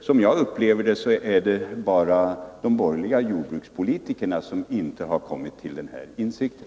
Som jag upplever det är det bara de borgerliga jordbrukspolitikerna som inte har kommit till den här insikten.